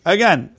Again